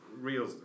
real